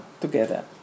together